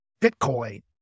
Bitcoin